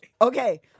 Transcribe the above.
okay